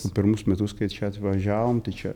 pirmus metus kai čia atvažiavom tai čia